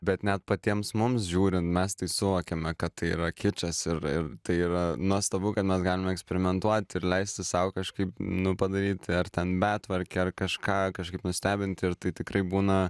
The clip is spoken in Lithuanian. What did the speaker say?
bet net patiems mums žiūrin mes tai suvokiame kad tai yra kičas ir ir tai yra nuostabu kad mes galime eksperimentuoti ir leisti sau kažkaip nu padaryti ar ten betvarkę ar kažką kažkaip nustebinti ir tai tikrai būna